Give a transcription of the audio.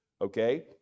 Okay